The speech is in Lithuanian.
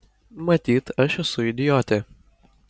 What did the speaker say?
matyt aš esu idiotė